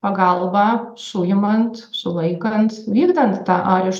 pagalbą suimant sulaikant vykdant tą areš